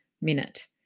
minute